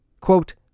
Quote